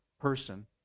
person